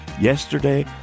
Yesterday